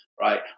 right